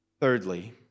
Thirdly